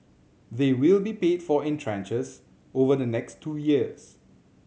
they will be paid for in tranches over the next two years